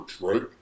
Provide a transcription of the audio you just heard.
right